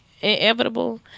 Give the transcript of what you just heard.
Inevitable